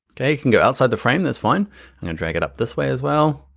okay, you can go outside the frame that's fine. you drag it up this way as well.